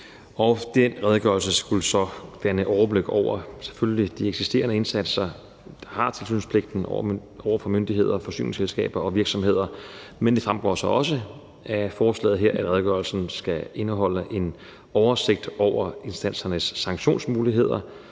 så selvfølgelig skulle danne overblik over de eksisterende indsatser, der har tilsynspligten over for myndigheder, forsyningsselskaber og virksomheder. Men det fremgår så også af forslaget her, at redegørelsen skal indeholde en oversigt over instansernes sanktionsmuligheder,